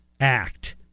act